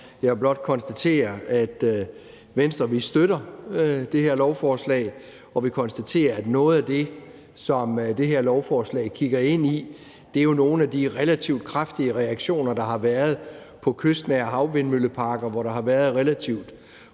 jeg vil blot konstatere, at Venstre støtter det her lovforslag, og vi konstaterer, at noget af det, som det her lovforslag kigger ind i, er nogle af de relativt kraftige reaktioner, der har været, på kystnære havvindmølleparker, hvor der har været relativt